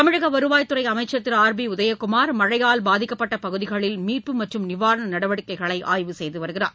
தமிழக வருவாய்த்துறை அமைச்சர் திரு ஆர் பி உதயகுமார் மழையால் பாதிக்கப்பட்ட பகுதிகளில் மீட்பு மற்றும் நிவாரண நடவடிக்கைகளை ஆய்வு செய்து வருகிறார்